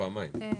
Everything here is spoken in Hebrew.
אוקיי,